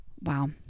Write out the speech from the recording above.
Wow